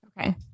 Okay